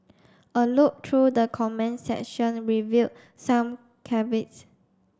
a look through the comments section revealed some caveats